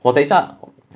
我等一下